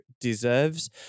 deserves